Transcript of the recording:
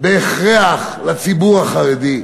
בהכרח לציבור החרדי.